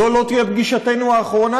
זו לא תהיה פגישתנו האחרונה.